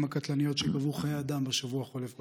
הקטלניות שגבו חיי אדם בשבוע החולף בדרכים.